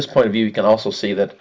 this point of view you can also see that